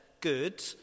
good